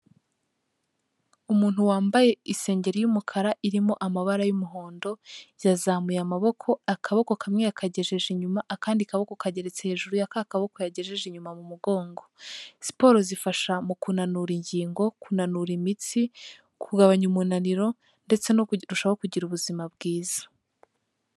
Umuntu wambaye isengeri y'umukara irimo amabara y'umuhondo, yazamuye amaboko, akaboko kamwe yakagejeje inyuma, akandi kaboko kageretse hejuru ya ka kaboko yagejeje inyuma mu mugongo. Siporo zifasha mu kunanura ingingo, kunanura imitsi, kugabanya umunaniro, ndetse no kurushaho kugira ubuzima bwiza.